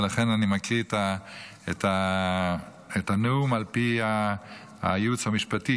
ולכן אני קורא את הנאום על פי הייעוץ המשפטי,